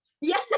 Yes